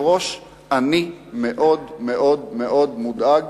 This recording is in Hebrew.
אני מאוד מאוד מודאג